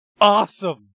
Awesome